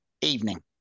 Evening